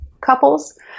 couples